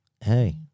hey